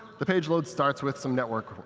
the page load starts with some network